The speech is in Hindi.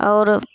और